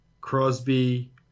Crosby